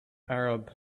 arab